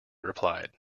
replied